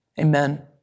Amen